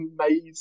amazing